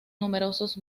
numerosos